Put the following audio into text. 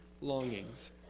longings